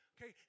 Okay